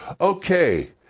okay